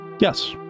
Yes